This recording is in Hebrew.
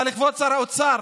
אבל, כבוד שר האוצר,